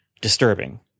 disturbing